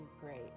great